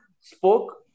spoke